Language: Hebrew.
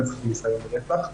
רצח וניסיון לרצח,